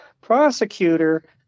prosecutor